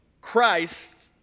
Christ